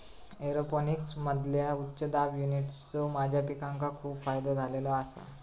एरोपोनिक्समधील्या उच्च दाब युनिट्सचो माझ्या पिकांका खूप फायदो झालेलो आसा